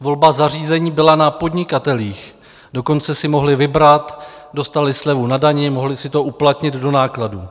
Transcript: Volba zařízení byla na podnikatelích, dokonce si mohli vybrat, dostali slevu na dani, mohli si to uplatnit do nákladů.